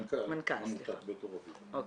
שלום.